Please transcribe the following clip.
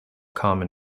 common